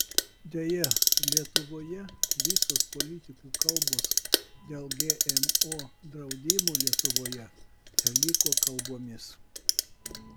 deja lietuvoje visos politikų kalbos dėl gmo draudimo lietuvoje teliko kalbomis